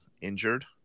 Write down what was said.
injured